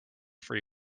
free